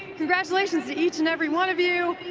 congratulations to each and every one of you.